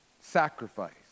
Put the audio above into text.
Sacrifice